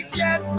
get